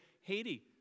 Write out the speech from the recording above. Haiti